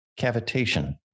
cavitation